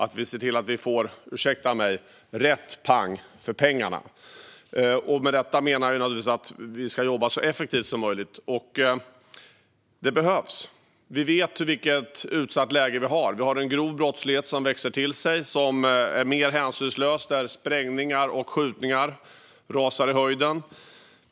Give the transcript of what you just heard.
Vi ska se till att vi får - ursäkta mig - rätt pang för pengarna. Med detta menar jag naturligtvis att vi ska jobba så effektivt som möjligt. Det behövs. Vi vet vilket utsatt läge vi har. Vi har en grov brottslighet som växer till sig och som är mer hänsynslös. Sprängningar och skjutningar sticker i höjden.